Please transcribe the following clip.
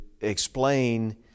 explain